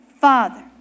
Father